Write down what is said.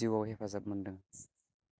जिउआव हेफाजाब मोन्दों